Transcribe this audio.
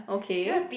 okay